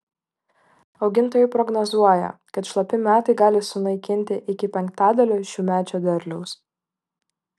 augintojai prognozuoja kad šlapi metai gali sunaikinti iki penktadalio šiųmečio derliaus